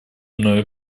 мною